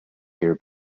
hear